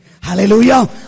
Hallelujah